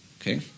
Okay